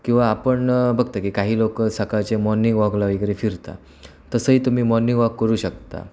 किंवा आपण बघतो की काही लोकं सकाळचे मॉर्निंग वॉकला वगैरे फिरतात तसंही तुम्ही मॉर्निंग वॉक करू शकता